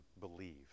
believe